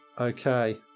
Okay